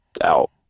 out